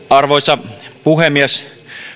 arvoisa puhemies